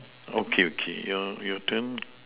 okay okay your your turn